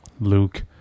Luke